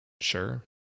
Sure